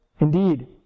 Indeed